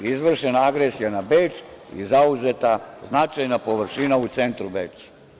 Izvršena je agresija na Beč i zauzeta značajna površina u centru Beča.